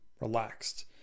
relaxed